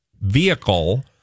vehicle